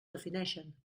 defineixen